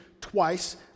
twice